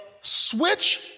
switch